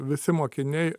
visi mokiniai